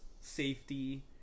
safety